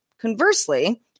Conversely